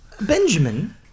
Benjamin